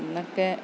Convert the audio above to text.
അന്നൊക്കെ